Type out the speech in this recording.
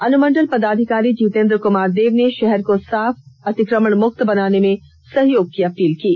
अनुमंडल पदाधिकारी जितेंद्र कुमार देव ने शहर को साफ अतिक्रमण मुक्त बनाने में सहयोग की अपील की है